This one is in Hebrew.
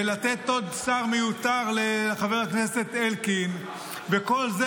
לתת עוד שר מיותר לחבר הכנסת אלקין וכל זה